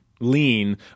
Lean